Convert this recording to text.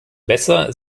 besser